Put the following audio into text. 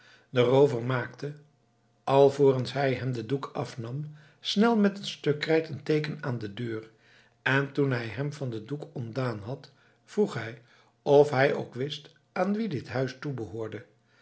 roover maakte alvorens hij hem den doek afnam snel met een stuk krijt een teeken aan de deur en toen hij hem van den doek ontdaan had vroeg hij of hij ook wist aan wien dit huis toebehoorde